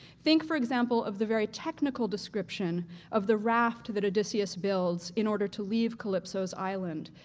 think for example of the very technical description of the raft that odysseus builds in order to leave calypso's island.